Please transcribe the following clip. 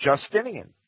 Justinian